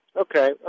okay